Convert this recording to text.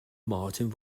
martin